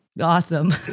Awesome